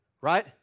right